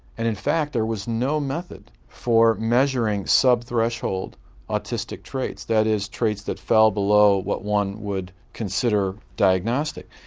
and in fact there was no method for measuring sub-threshold autistic traits. that is traits that fell below what one would consider diagnostic.